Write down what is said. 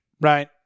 Right